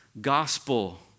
gospel